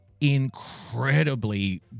incredibly